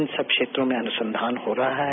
इन सब क्षेत्रों में अनुसंधान हो रहा है